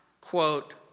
Quote